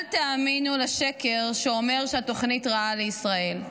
אל תאמינו לשקר שאומר שהתוכנית רעה לישראל.